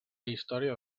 història